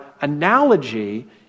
analogy